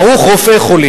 "ברוך רופאי חולים".